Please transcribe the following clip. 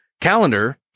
calendar